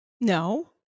no